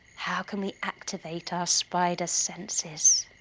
how can we activate our spider senses